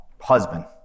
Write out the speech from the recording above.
husband